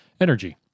energy